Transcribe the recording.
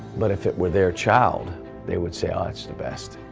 but if it were their child they would say, ah that's the best